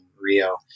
Rio